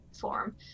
form